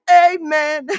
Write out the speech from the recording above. amen